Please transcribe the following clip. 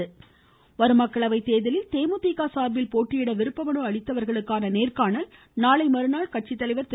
தேர்தல் தேமுதிக வரும் மக்களவை தேர்தலில் தேமுதிக சார்பில் போட்டியிட விருப்பமனு அளித்தவர்களுக்கான நேர்காணல் நாளை மறுநாள் கட்சித்தலைவர் திரு